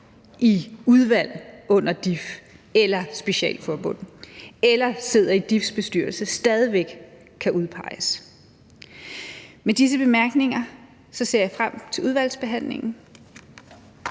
i udvalg under DIF eller specialforbund eller sidder i DIF's bestyrelse, stadig væk kan udpeges. Med disse bemærkninger ser jeg frem til udvalgsbehandlingen.